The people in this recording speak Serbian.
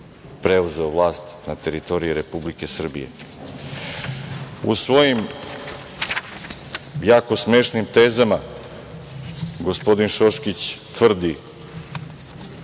preuzeo vlast na teritoriji Republike Srbije.U svojim jako smešnim tezama gospodin Šoškić tvrdi